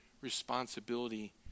responsibility